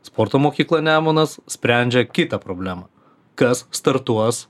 sporto mokykla nemunas sprendžia kitą problemą kas startuos